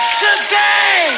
today